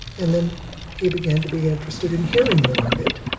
and then he began to be interested in hearing more of it.